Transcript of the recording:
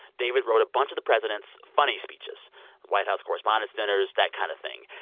david wrote a bunch of the president's funny speeches white house correspondents' dinners, that kind of thing.